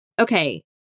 Okay